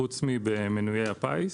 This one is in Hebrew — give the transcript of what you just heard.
חוץ מאשר מינויי הפיס.